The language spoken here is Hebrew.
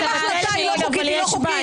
אם ההחלטה היא לא חוקית היא לא חוקית.